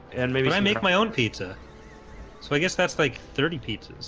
and maybe i make my own pizza so i guess that's like thirty pizzas